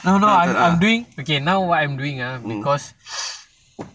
no no I'm I'm doing okay now what I'm doing ah because